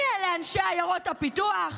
מי אלה אנשי עיירות הפיתוח,